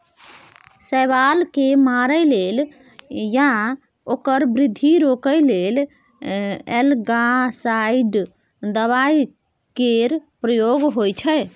शैबाल केँ मारय लेल या ओकर बृद्धि रोकय लेल एल्गासाइड दबाइ केर प्रयोग होइ छै